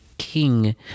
king